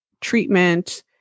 treatment